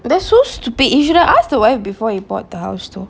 but that's so stupid you should have asked the wife before he bought the house though